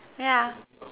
yeah